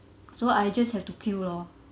so I just have to queue lor